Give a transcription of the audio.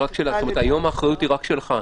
היום האחריות היא רק שלך,